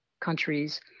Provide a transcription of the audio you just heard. countries